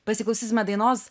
pasiklausysime dainos